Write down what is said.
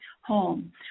home